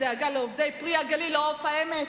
בדאגה לעובדי "פרי הגליל" או "עוף העמק"?